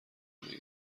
زندگی